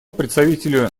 представителю